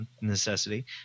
Necessity